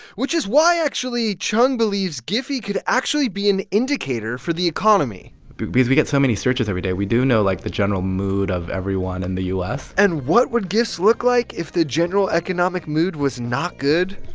which is why actually chung believes giphy could actually be an indicator for the economy because we get so many searches every day, we do know, like, the general mood of everyone in the u s and what would gifs look like if the general economic mood was not good?